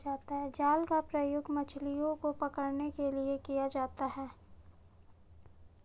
जाल का प्रयोग मछलियो को पकड़ने के लिये किया जाता है